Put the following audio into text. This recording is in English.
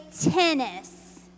tennis